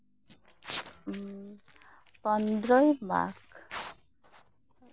ᱯᱚᱱᱨᱳᱭ ᱢᱟᱜᱽ